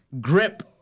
grip